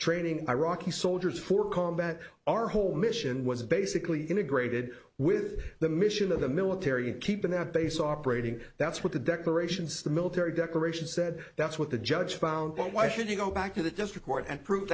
training iraqi soldiers for combat our whole mission was basically integrated with the mission of the military keeping that base operating that's what the decorations the military decoration said that's what the judge found but why should you go back to the just record and prove